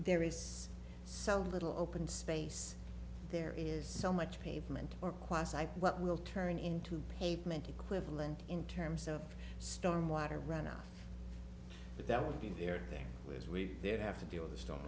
there is so little open space there is so much pavement or what will turn into pavement equivalent in terms of storm water runoff that would be there there was we did have to deal with th